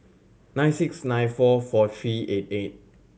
nine six nine four four three eight eight